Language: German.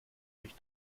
mich